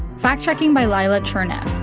fact-checking by lila cherneff.